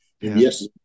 Yes